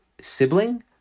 sibling